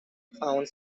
found